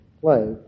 play